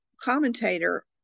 commentator